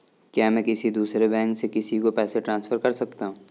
क्या मैं किसी दूसरे बैंक से किसी को पैसे ट्रांसफर कर सकता हूँ?